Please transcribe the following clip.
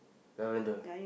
Lavender